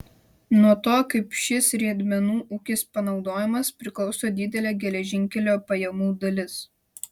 nuo to kaip šis riedmenų ūkis panaudojamas priklauso didelė geležinkelio pajamų dalis